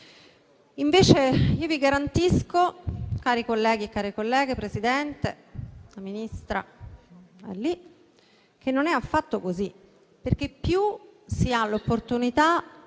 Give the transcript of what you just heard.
Invece io vi garantisco, cari colleghi e care colleghe, Presidente, Ministra, che non è affatto così, perché più si ha l'opportunità